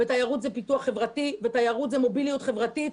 תיירות היא פיתוח חברתי ותיירות היא מוביליות חברתית.